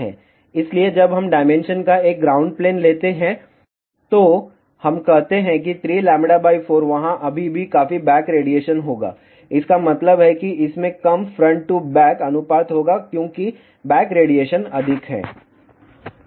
इसलिए जब हम डायमेंशन का एक ग्राउंड प्लेन लेते हैं तो हम कहते हैं कि 3λ 4 वहाँ अभी भी काफी बैक रेडिएशन होगा इसका मतलब है कि इसमें कम फ्रंट टू बैक अनुपात होगा क्योंकि बैक रेडिएशन अधिक है